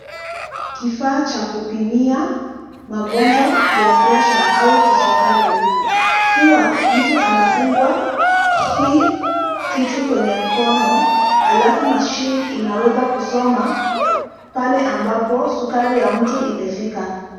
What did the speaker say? Kifaa cha kupimia magonjwa ya pressure au kisukari. Huwa mtu anafungwa hii kitu kwenye mkono alafu mashini inaweza kusoma pale ambapo sukari ya mtu imefika.